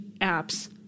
apps